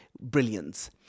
brilliance